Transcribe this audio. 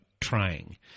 trying